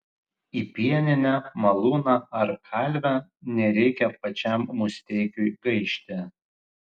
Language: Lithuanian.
į pieninę malūną ar kalvę nereikia pačiam musteikiui gaišti